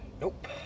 nope